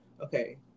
Okay